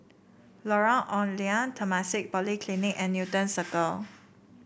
Lorong Ong Lye Temasek Polytechnic and Newton Ciru